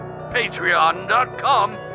patreon.com